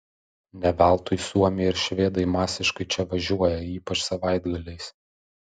ne veltui suomiai ir švedai masiškai čia važiuoja ypač savaitgaliais